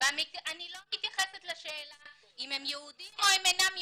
אני לא מתייחסת לשאלה אם הם יהודים או אם אינם יהודים.